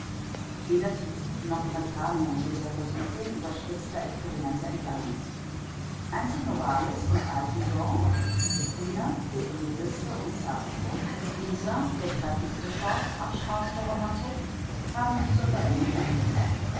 weder tieck noch brentano sind der versuchung überspitzter experimente entgangen einzig novalis und eichendorff jener der edelste und zarteste dieser der kräftigste schoß am strauch der romantik haben sich zur vollendung entwickelt